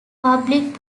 public